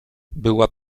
była